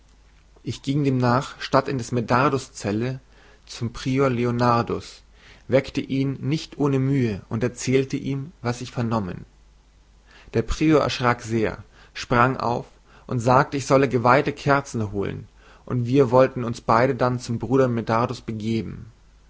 ich ging demnach statt in des medardus zelle zum prior leonardus weckte ihn nicht ohne mühe und erzählte ihm was ich vernommen der prior erschrak sehr sprang auf und sagte ich solle geweihte kerzen holen und wir wollten uns beide dann zum bruder medardus begeben